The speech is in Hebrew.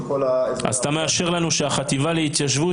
אז אתה מאשר לנו שהחטיבה להתיישבות